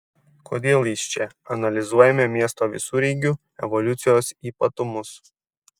kodėl jis čia analizuojame miesto visureigių evoliucijos ypatumus